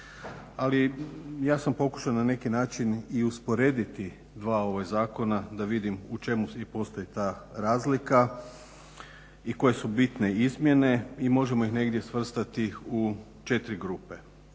ali ja sam pokušao na neki način i usporediti dva zakona da vidim u čemu postoji ta razlika i koje su bitne izmjene i možemo ih negdje svrstati u četiri grupe.